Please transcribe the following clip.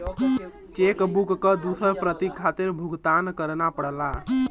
check book क दूसर प्रति खातिर भुगतान करना पड़ला